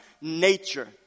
nature